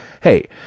hey